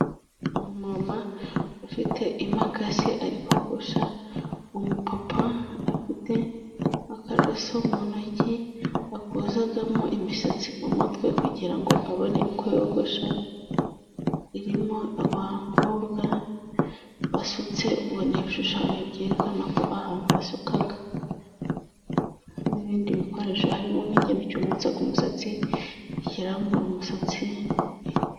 Umumama ufite imakasi ari kogosha umupapa, afite akaroso mu ntoki akozamo imisatsi mu mutwe kugira ngo abone uko yogosha, irimo abakobwa basutse ubona ibishushanyo byerekana ko ahantu basuka, n'ibindi bikoresho birimo nk'ikintu cyumutsa umusatsi, ikirambura umusatsi.